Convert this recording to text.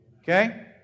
Okay